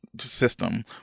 system